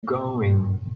going